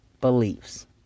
beliefs